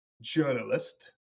journalist